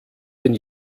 den